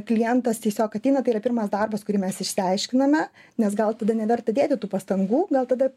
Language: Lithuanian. klientas tiesiog ateina tai yra pirmas darbas kurį mes išsiaiškiname nes gal tada neverta dėti tų pastangų gal tada